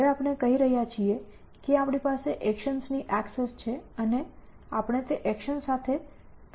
હવે આપણે કહી રહ્યા છીએ કે આપણી પાસે એકશન્સની ઍક્સેસ છે અને આપણે તે એકશન્સ સાથે તર્ક કરીશું